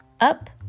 Up